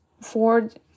Ford